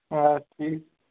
آ ٹھیٖک